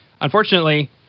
unfortunately